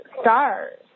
stars